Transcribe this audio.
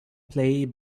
play